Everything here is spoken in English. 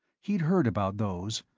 he'd heard about those.